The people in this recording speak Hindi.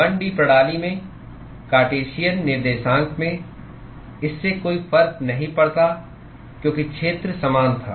1 डी प्रणाली में कार्टेशियन निर्देशांक में इससे कोई फर्क नहीं पड़ता क्योंकि क्षेत्र समान था